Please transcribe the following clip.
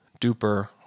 duper